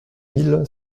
mille